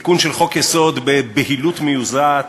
תיקון חוק-יסוד בבהילות מיוזעת